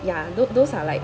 ya tho~ those are like